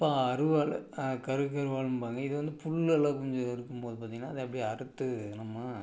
இப்போ அருவாள் கருக்கருவாளும்பாங்க இது வந்து புல்லெல்லாம் கொஞ்சம் அறுக்கும்போது பார்த்திங்கன்னா அதை அப்படியே அறுத்து நம்ம